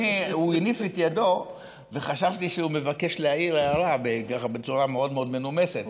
הוא הניף את ידו וחשבתי שהוא מבקש להעיר הערה בצורה מאוד מאוד מנומסת.